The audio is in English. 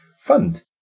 fund